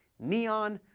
neon,